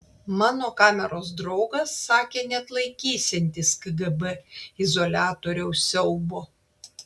mano kameros draugas sakė neatlaikysiantis kgb izoliatoriaus siaubo